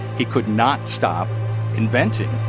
he could not stop inventing